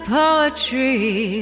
poetry